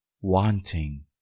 wanting